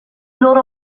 loro